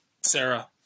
Sarah